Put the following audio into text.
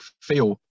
feel